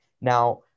now